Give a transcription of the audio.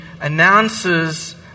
announces